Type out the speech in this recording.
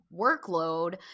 workload